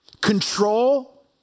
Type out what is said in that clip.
control